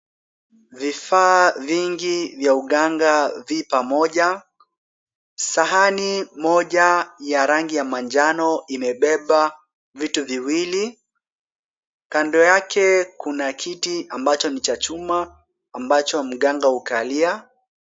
Vifaa vingi vya uganga vipamoja, sahani moja ya rangi ya manjano imebeba vitu viwili. Kando yake kuna kiti ambacho ni cha chuma ambacho mganga hukalia.